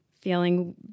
feeling